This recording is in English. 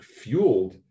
fueled